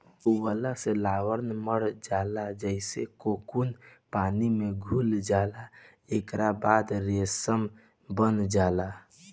उबालला से लार्वा मर जाला जेइसे कोकून पानी में घुल जाला एकरा बाद रेशम बन जाला